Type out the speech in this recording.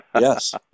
yes